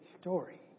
story